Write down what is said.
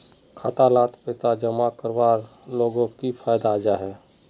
खाता डात पैसा जमा करवार लोगोक की फायदा जाहा?